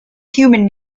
human